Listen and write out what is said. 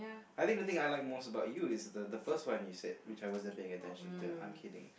I didn't even think I like most about you is the the first one you said which I wasn't paying attention to I'm kidding